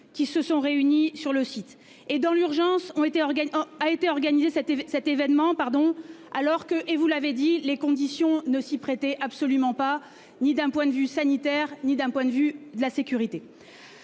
qui se sont réunis sur le site et dans l'urgence ont été organe a été organisé cet cet événement pardon alors que et vous l'avez dit, les conditions ne s'y prêtait absolument pas ni d'un point de vue sanitaire, ni d'un point de vue de la sécurité.